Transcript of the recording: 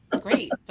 Great